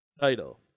title